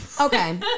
Okay